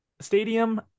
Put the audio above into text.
stadium